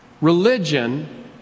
Religion